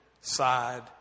side